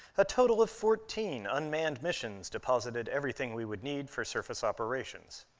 a total of fourteen unmanned missions deposited everything we would need for surface operations.